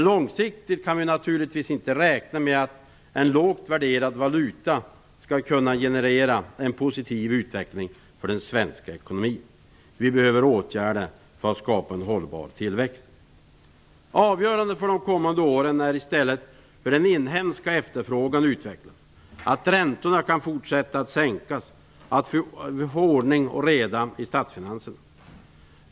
Långsiktigt kan vi naturligtvis inte räkna med att en lågt värderad valuta skall kunna generera en positiv utveckling för den svenska ekonomin. Vi behöver åtgärder för att skapa en hållbar tillväxt. Avgörande för de kommande åren är i stället hur den inhemska efterfrågan utvecklas, att räntorna kan fortsätta att sänkas och att vi får ordning och reda i statsfinanserna.